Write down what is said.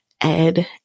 Ed